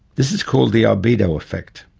this is called the albedo effect.